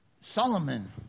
Solomon